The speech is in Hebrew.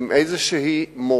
עם איזו מורשת.